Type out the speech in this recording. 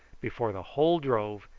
before the whole drove,